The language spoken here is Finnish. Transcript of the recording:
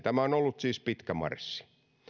tämä on ollut siis pitkä marssi